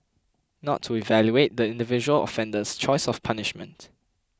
not to evaluate the individual offender's choice of punishment